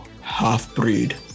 half-breed